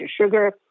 sugar